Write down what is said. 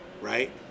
right